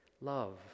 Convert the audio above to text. love